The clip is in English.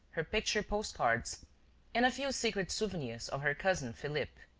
her picture postcards and a few secret souvenirs of her cousin philippe.